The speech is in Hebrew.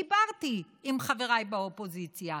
דיברתי עם חבריי באופוזיציה.